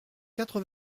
quatre